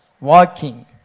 walking